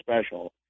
special